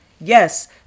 Yes